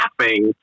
laughing